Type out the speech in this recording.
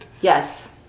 Yes